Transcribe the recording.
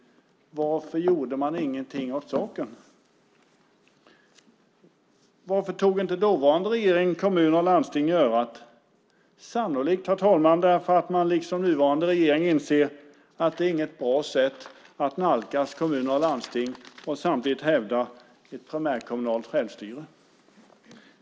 Varför gjorde man ingenting åt saken? Varför tog inte dåvarande regering kommuner och landsting i örat? Det berodde sannolikt på att man som nuvarande regering inser att det inte är något bra sätt att nalkas kommuner och landsting och samtidigt hävda ett primärkommunalt självstyre.